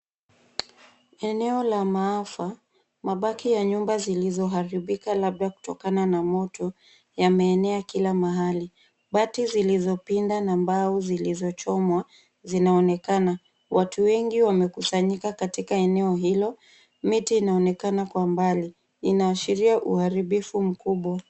Eneo la maafa. Mabaki ya nyumba zilizoharibika labda kutokana na moto yameenea kila mahali. Bati zilizopinda na mbao zilizochomwa zinaonekana. Watu wengi wamekusanyika katika eneo hilo. Miti inaonekana kwa mbali inaashiria uharibifu mkubwa.